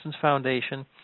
Foundation